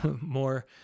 more